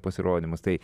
pasirodymus tai